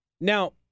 Now